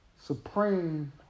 supreme